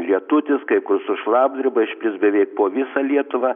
lietutis kai kur su šlapdriba išplis beveik po visą lietuvą